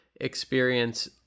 experience